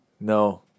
no